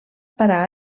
parar